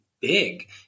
big